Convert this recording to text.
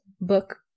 book